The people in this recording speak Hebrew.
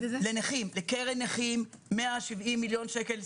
לקרן נכים יהיה 170 מיליון שקל,